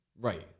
Right